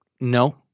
No